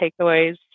takeaways